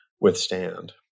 withstand